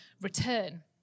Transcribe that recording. return